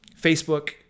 Facebook